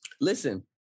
Listen